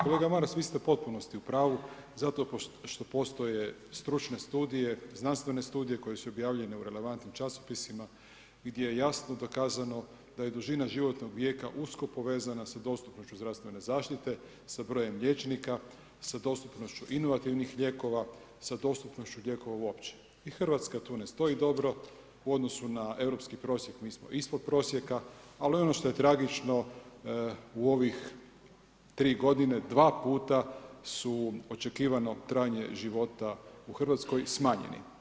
Kolega Maras vi ste u potpunosti u pravu zato što postoje stručne studije, znanstvene studije koje su objavljene u relevantnim časopisima gdje je jasno dokazano da je dužina životnog vijeka usko povezana sa dostupnošću zdravstvene zaštite, sa brojem liječnika, sa dostupnošću inovativnih lijekova, sa dostupnošću lijekova uopće i Hrvatska tu ne stoji dobro u odnosu na europski prosjek mi smo ispod prosjeka, ali ono što je tragično u ovih tri godine dva puta su očekivano trajanje života u Hrvatskoj smanjeni.